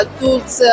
tools